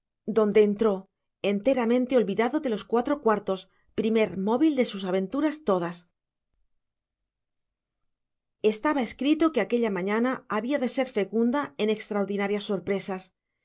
donde entró enteramente olvidado de los cuatro cuartos primer móvil de sus aventuras todas estaba escrito que aquella mañana había de ser fecunda en extraordinarias sorpresas